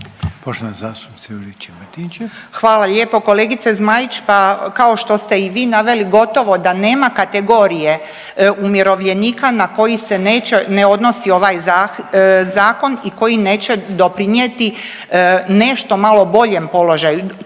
Branka (HDZ)** Hvala lijepo kolegice Zmaić, pa kao što ste i vi naveli gotovo da nema kategorije umirovljenika na koji se neće ne odnosi ovaj zakon i koji neće doprinijeti nešto malo boljem položaju.